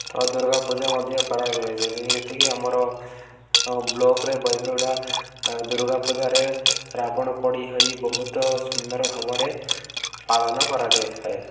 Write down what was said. ଓ ଦୁର୍ଗାପୂଜା ମଧ୍ୟ କରାଯାଏ ଯେମିତିକି ଆମର ବ୍ଲକ୍ରେ ବୈପାରିଡ଼ା ଦୁର୍ଗାପୂଜାରେ ରାବଣ ପୋଡ଼ି ହୋଇ ବହୁତ ସୁନ୍ଦର ଭାବରେ ପାଳନ କରାଯାଇଥାଏ